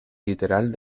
literal